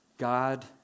God